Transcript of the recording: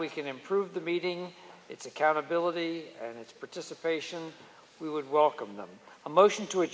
we can improve the meeting its accountability and its participation we would welcome them a motion to